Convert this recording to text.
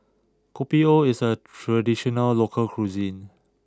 Kopi O is a traditional local cuisine